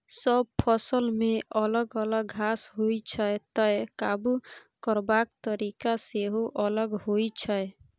सब फसलमे अलग अलग घास होइ छै तैं काबु करबाक तरीका सेहो अलग होइ छै